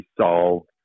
solved